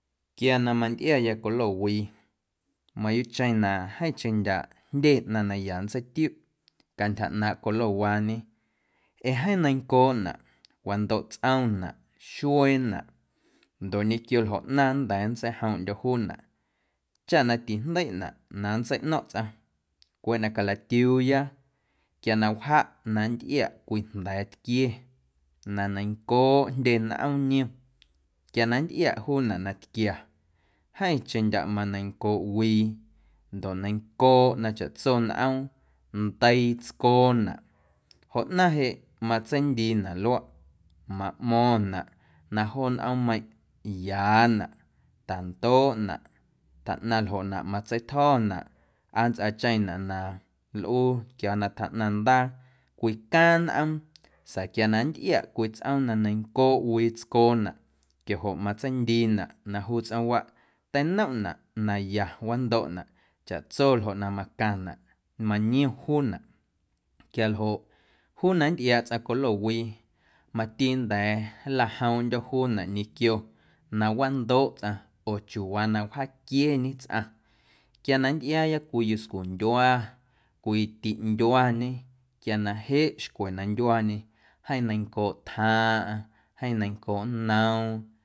Quia na mantꞌiaya colo wii mayuuꞌcheⁿ na jeeⁿcheⁿ ndyaꞌ jndye ꞌnaⁿ na ya nntseitiuꞌ cantyja ꞌnaaⁿꞌ colowaañe ee jeeⁿ neiⁿncooꞌnaꞌ wandoꞌ tsꞌomnaꞌ, xueenaꞌ ndoꞌ ñequio ljoꞌ ꞌnaⁿ nnda̱a̱ nntseijoomꞌndyo̱ juunaꞌ chaꞌ na tijndeiꞌnaꞌ na nntseiꞌno̱ⁿꞌ tsꞌaⁿ cweꞌ na calatiuuya quia na wjaꞌ na nntꞌiaꞌ cwii jnda̱a̱ tquie na neiⁿncooꞌ jndye nꞌoom niom quia na nntꞌiaꞌ juunaꞌ na tquia jeeⁿcheⁿ ndyaꞌ maneiⁿncooꞌ wii ndoꞌ neiⁿncooꞌ na chaꞌtso nꞌoom, ndeii tscoonaꞌ joꞌ ꞌnaⁿ jeꞌ matseindiinaꞌ luaꞌ maꞌmo̱ⁿnaꞌ na joo nꞌoommeiⁿꞌ yaanaꞌ, tandoꞌnaꞌ tjaꞌnaⁿ ljoꞌnaꞌ matseitjo̱naꞌ aa nntsꞌaacheⁿnaꞌ na nlꞌuu quia na tjaꞌnaⁿ ndaa cwicaaⁿ nꞌoom sa̱a̱ quia na nntꞌiaꞌ cwii tsꞌoom na neiⁿncooꞌ wii tscoonaꞌ quiajoꞌ matseindiina na juu tsꞌoomwaꞌ teinomꞌnaꞌ na ya wandoꞌna chaꞌtso ljoꞌ na macaⁿnaꞌ maniom juunaꞌ quialjoꞌ juu na nntꞌiaaꞌ tsꞌaⁿ colo wii mati nnda̱a̱ nlajomndyo̱ juunaꞌ ñequio na wandoꞌ tsꞌaⁿ oo chiuuwaa na wjaaquieñe tsꞌaⁿ quia na nntꞌiaaya cwii yuscundyua, cwii tiꞌndyuañe quia na jeꞌ xcwe na ndyuañe jeeⁿ neiⁿncooꞌ tjaaⁿꞌaⁿ, jeeⁿ neiⁿncooꞌ noom.